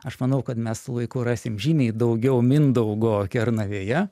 aš manau kad mes su laiku rasim žymiai daugiau mindaugo kernavėje